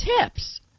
tips